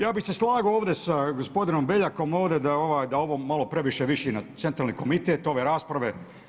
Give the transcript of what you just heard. Ja bih se slagao ovdje sa gospodinom Beljakom ovdje da ovo malo previše liči na centralni komitet, ove rasprave.